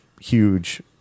huge